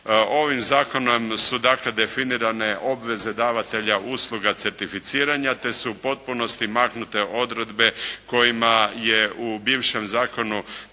Ovim Zakonom su, dakle definirane obveze davatelja usluga certificiranja te su u potpunosti maknute odredbe kojima je u bivšem zakonu